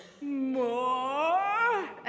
More